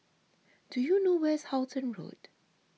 do you know where is Halton Road